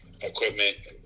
equipment